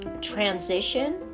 transition